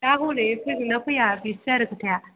दा हनै फैगोन ना फैया बेसो आरो खोथाया